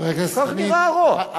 כך נראה הרוע.